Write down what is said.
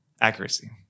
Accuracy